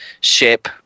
ship